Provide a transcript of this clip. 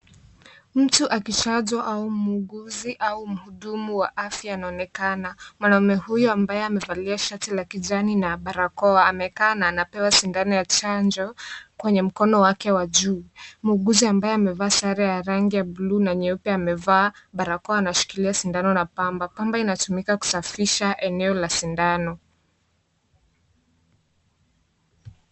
Mtu akijanchwa au muuguzi, au mhudumu wa afya anaonekana. Mwanaume huyu, ambaye amevalia shati la kijani na balakoa, amekaa na anapewa sindano ya chanjo kwenye mkono wake wa juu. Muugizi ambaye amevaa sare ya rangi ya blue na nyeupe amevaa balakoa ,anashikilia sindano na pamba. Pamba atumika kusafisha eneo la sindano.